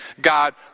God